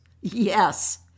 Yes